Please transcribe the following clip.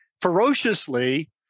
ferociously